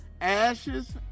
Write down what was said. ashes